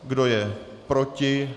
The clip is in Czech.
Kdo je proti?